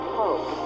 hope